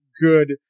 good